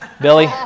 Billy